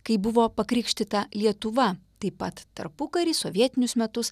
kai buvo pakrikštyta lietuva taip pat tarpukarį sovietinius metus